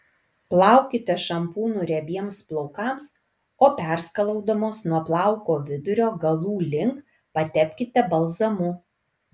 plaukite šampūnu riebiems plaukams o perskalaudamos nuo plauko vidurio galų link patepkite balzamu